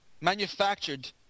manufactured